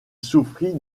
souffrit